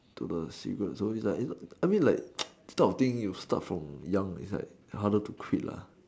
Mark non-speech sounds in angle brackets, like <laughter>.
to the cigarettes all these like I mean like <noise> these type of things you start from young it's like harder to quit lah